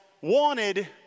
wanted